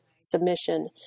submission